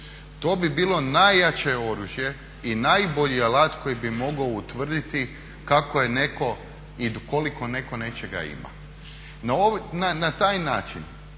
To bi bilo najjače oružje i najbolji alat koji bi mogao utvrditi kako je neko i koliko neko nečega ima. Na taj način